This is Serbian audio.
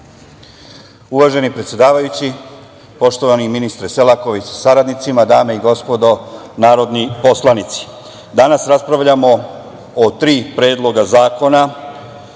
Uvaženi predsedavajući, poštovani ministre Selaković sa saradnicima, dame i gospodo narodni poslanici, danas raspravljamo o tri predloga zakona